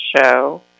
Show